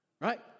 right